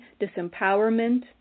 disempowerment